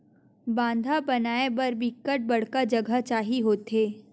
बांधा बनाय बर बिकट बड़का जघा चाही होथे